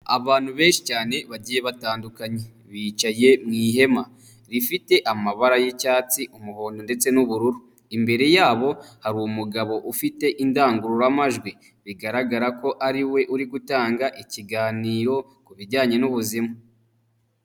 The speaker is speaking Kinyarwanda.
Abantu benshi cyane bagiye batandukanye bicaye mu ihema rifite amabara y'icyatsi umuhondo ndetse n'ubururu, imbere yabo hari umugabo ufite indangururamajwi, bigaragara ko ariwe uri gutanga ikiganiro ku bijyanye n'ubuzima.